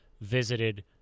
visited